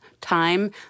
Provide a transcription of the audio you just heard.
time